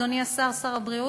אדוני שר הבריאות,